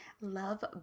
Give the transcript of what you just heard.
Love